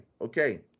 Okay